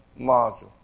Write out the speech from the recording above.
module